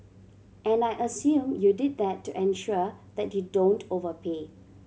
and I assume you did that to ensure that you don't overpay